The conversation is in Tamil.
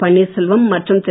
பன்னீர்செல்வம் மற்றும் திரு